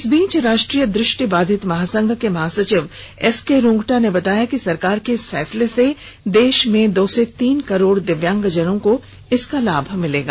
इस बीच राष्ट्रीय दृष्टिबाधित महासंघ के महासचिव एस के रुंगटा ने बताया कि सरकार के इस फैसले से देश में दो से तीन करोड दिव्यांगजनों को लाभ मिलेगा